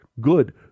Good